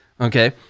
Okay